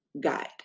guide